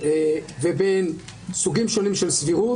אני רוצה לומר משהו נוסף.